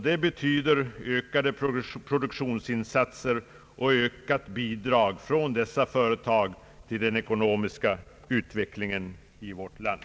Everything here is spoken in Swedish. Det betyder ökade produktionsinsatser och ökat bidrag från dessa företag till den ekonomiska utvecklingen i vårt land.